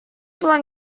было